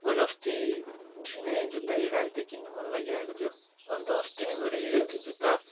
मैले अस्तिदेखि नै जुत्ता हेरिरहेको थिएँ किन्नु मनलागिरहेको थियो अन्त अस्ति नै गएर हेरेको थिएँ जुत्ता